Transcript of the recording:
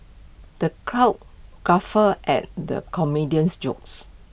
the crowd guffawed at the comedian's jokes